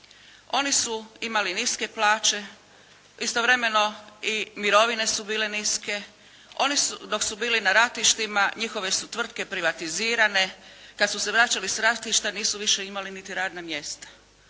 Oni su imali niske plaće, istovremeno i mirovine su bile niske, dok su bili na ratištima njihove su tvrtke privatizirane, kad su se vraćali s ratišta nisu više imali niti radna mjesta.